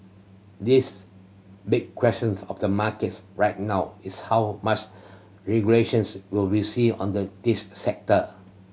this big questions of the markets right now is how much regulations we will see on the tech sector